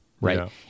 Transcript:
right